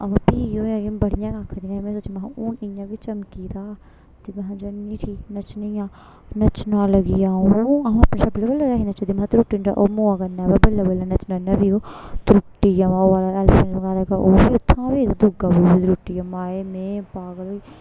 अवा फ्ही केह् होआ कि बड़ियां आखां दियां हियां ते में सोचेआ हून इ'यां बी चमकी गेदा ते महां जन्नी उठी नच्चनी आं नच्चना लगी आ'ऊं आ'ऊं अपना हा बल्लें बल्लें ही नच्चा दी वा बल्लें बल्लें नच्चने ने बी ओह त्रुट्टी गेआ दूआ बूट बी त्रुट्टियां माएं में पागल होई